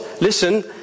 listen